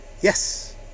yes